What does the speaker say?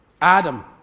Adam